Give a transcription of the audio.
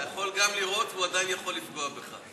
אתה יכול גם לראות, והוא עדיין יכול לפגוע בך.